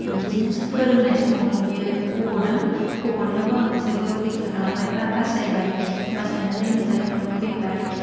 बिदिनो फोंनाय समावनो बियो गब'दों गब'नायावबो आं बिसोरखौ रैखा खालामबाय बा बासायबाय बासायनानै मोजाङै मोजां फैबाय